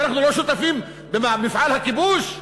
שאנחנו לא שותפים במפעל הכיבוש?